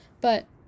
but-